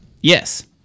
Yes